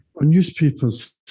Newspapers